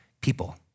people